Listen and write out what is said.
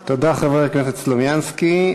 תודה, חבר הכנסת סלומינסקי.